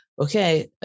okay